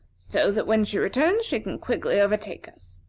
so that when she returns, she can quickly overtake us.